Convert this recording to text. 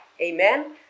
Amen